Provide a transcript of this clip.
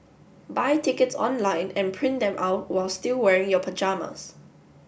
buy tickets online and print them out while still wearing your pyjamas